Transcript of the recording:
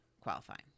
qualifying